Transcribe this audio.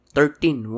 Thirteen